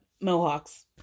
mohawks